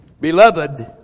Beloved